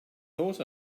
thought